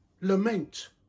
Lament